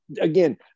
again